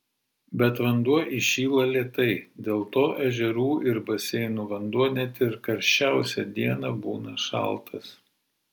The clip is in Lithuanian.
bet vanduo įšyla lėtai dėl to ežerų ir baseinų vanduo net ir karščiausią dieną būna šaltas